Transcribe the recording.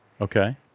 Okay